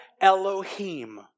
Elohim